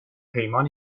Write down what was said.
پیمان